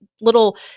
little